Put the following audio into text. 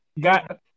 got